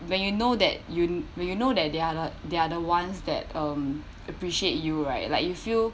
when you know that you when you know that they are the they are the ones that um appreciate you right like you feel